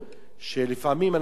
שלפעמים אנחנו רואים